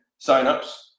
signups